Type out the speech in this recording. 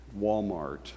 Walmart